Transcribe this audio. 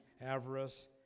avarice